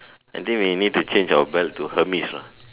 I think we need to change our bag to Hermes lah